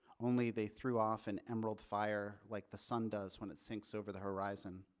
only they threw off an emerald fire like the sun does when it sinks over the horizon.